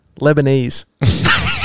Lebanese